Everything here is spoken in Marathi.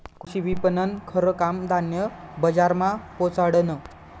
कृषी विपणननं खरं काम धान्य बजारमा पोचाडनं